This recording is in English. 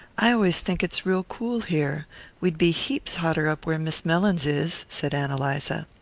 i always think it's real cool here we'd be heaps hotter up where miss mellins is, said ann eliza.